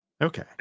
Okay